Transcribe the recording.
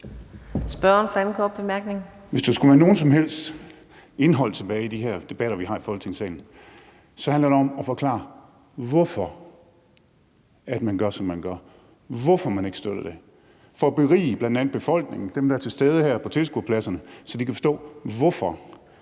Hvis der skulle være noget som helst indhold tilbage i de her debatter, vi har i Folketingssalen, så handler det om at forklare, hvorfor man gør, som man gør, og altså her, hvorfor man ikke støtter det. Det er for at berige bl.a. befolkningen og dem, der er til stede her på tilskuerpladserne, så de kan forstå, hvorfor